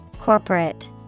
Corporate